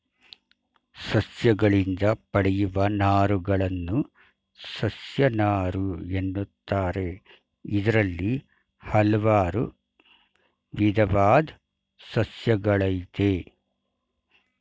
ಸಸ್ಯಗಳಿಂದ ಪಡೆಯುವ ನಾರುಗಳನ್ನು ಸಸ್ಯನಾರು ಎನ್ನುತ್ತಾರೆ ಇದ್ರಲ್ಲಿ ಹಲ್ವಾರು ವಿದವಾದ್ ಸಸ್ಯಗಳಯ್ತೆ